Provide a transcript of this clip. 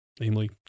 namely